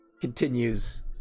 continues